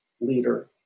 leader